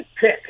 pick